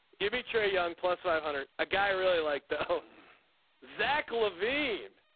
give me trey young plus five hundred a guy really like oh zach levine.